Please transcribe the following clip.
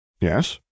Yes